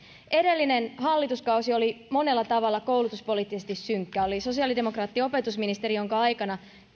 edellinen hallituskausi oli monella tavalla koulutuspoliittisesti synkkä oli sosiaalidemokraattinen opetusministeri jonka aikana